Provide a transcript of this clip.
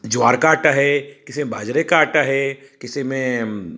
ज्वार का आटा है किसी में बाजरे का आटा है किसी में